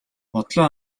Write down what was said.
бодлоо